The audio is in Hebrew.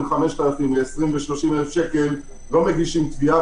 5,000 ל-30,000 שקל - לא מגישים תביעה,